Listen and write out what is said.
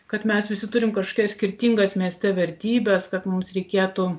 kad mes visi turim kažkas skirtingas mieste vertybes kad mums reikėtų